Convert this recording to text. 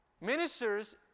Ministers